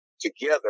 together